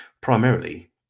primarily